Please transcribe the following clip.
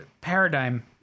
paradigm